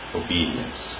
obedience